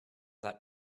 that